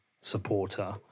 supporter